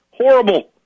Horrible